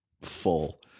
full